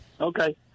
Okay